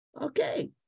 Okay